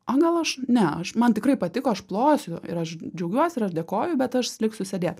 o gal aš ne aš man tikrai patiko aš plosiu ir aš džiaugiuosi ir aš dėkoju bet aš liksiu sėdėt